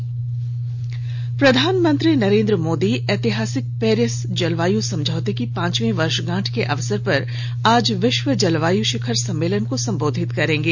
प्रधानमंत्री संबोधन प्रधानमंत्री नरेंद्र मोदी ऐतिहासिक पेरिस जलवाय समझौते की पांचवीं वर्षगांठ के अवसर पर आज विश्व जलवायु शिखर सम्मेलन को संबोधित करेंगे